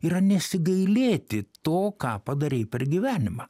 yra nesigailėti to ką padarei per gyvenimą